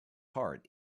heart